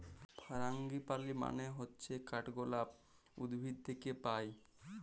ফারাঙ্গিপালি মানে হচ্যে কাঠগলাপ উদ্ভিদ থাক্যে পায়